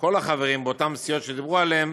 כל החברים באותן סיעות שדיברו עליהן,